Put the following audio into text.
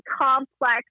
complex